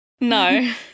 no